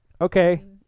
Okay